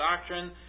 doctrine